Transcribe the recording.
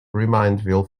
reminderville